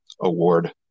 Award